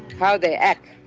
how they act.